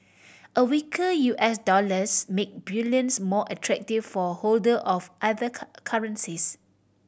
a weaker U S dollars make bullions more attractive for holder of other currencies